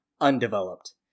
undeveloped